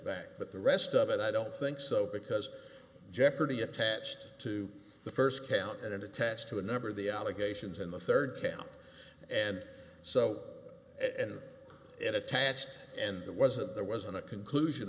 back but the rest of it i don't think so because jeopardy attached to the first count and attests to a number of the allegations in the third count and so and it attached and that wasn't there wasn't a conclusion